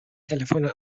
تلفن